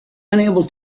unable